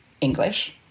English